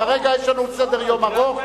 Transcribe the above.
כרגע יש לנו סדר-יום ארוך.